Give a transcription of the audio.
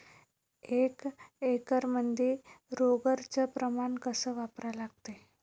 एक एकरमंदी रोगर च प्रमान कस वापरा लागते?